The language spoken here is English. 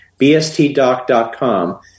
BSTdoc.com